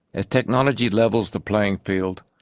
as technology levels the playing field,